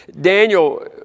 Daniel